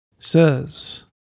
says